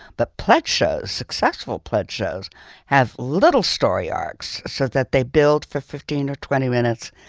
but plex shows successful pledge shows have little story arcs, show that they build for fifteen or twenty minutes.